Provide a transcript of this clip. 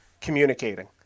communicating